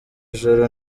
joro